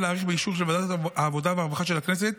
להאריך באישור של ועדת העבודה והרווחה של הכנסת,